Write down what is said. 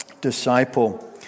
disciple